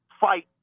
fight